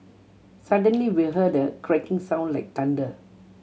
suddenly we heard a cracking sound like thunder